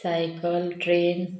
cycle train